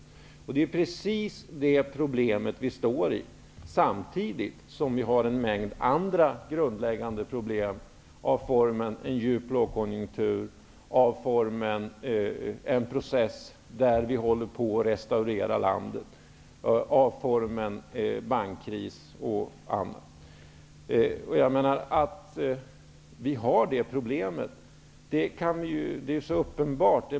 Det är precis det problemet som vi står inför, samtidigt som vi har en mängd andra grundläggande problem, i form av en djup lågkonjunktur, behov av att restaurera landet, bankkris och annat. Detta problem är uppenbart.